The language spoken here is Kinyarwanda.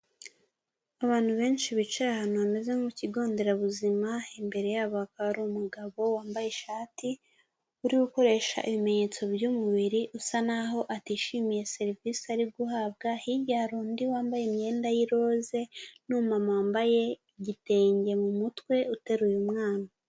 Abantu benshi bicaye ahantu hameze nko mu kigo nderabuzima, imbere yabo hakaba hari umugabo wambaye ishati, uri gukoresha ibimenyetso by’umubiri usa naho atishimiye serivisi ari guhabwa. Hirya har’undi wambaye imyenda y'i roze numu mama wambaye igitenge mu mutwe uteruye umwana.